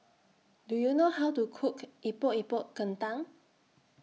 Do YOU know How to Cook Epok Epok Kentang